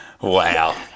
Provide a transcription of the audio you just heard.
Wow